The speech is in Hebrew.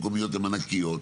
מועצות אזוריות הן ענקיות,